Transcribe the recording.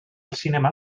cinema